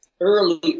early